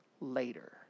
later